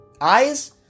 Eyes